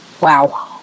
Wow